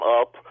up